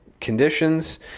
conditions